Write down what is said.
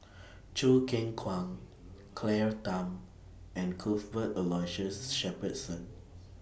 Choo Keng Kwang Claire Tham and Cuthbert Aloysius Shepherdson